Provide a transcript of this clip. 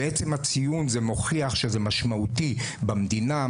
ועצם הציון מוכיח שזה משמעותי במדינה,